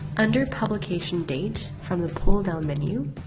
under publication date, from the pull down menu,